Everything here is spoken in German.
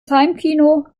heimkino